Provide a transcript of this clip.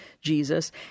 Jesus